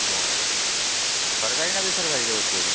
ও সরকারি না বেসরকারিতে ভর্তি হবি